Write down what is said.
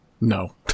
No